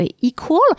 equal